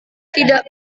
tidak